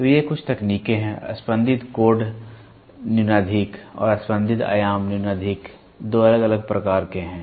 तो ये कुछ तकनीकें हैं स्पंदित कोड न्यूनाधिक और स्पंदित आयाम न्यूनाधिक दो अलग अलग प्रकार के हैं